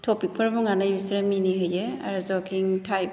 टपिकफोर बुंनानै बिसोरो मिनिहोयो आरो जकिं टाइप